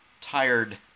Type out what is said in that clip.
tired